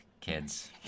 kids